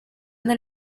nel